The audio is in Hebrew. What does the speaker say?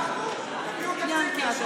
תביאו תקציב, נאשר.